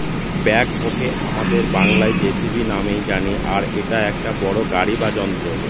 ব্যাকহোকে আমাদের বাংলায় যেসিবি নামেই জানি আর এটা একটা বড়ো গাড়ি বা যন্ত্র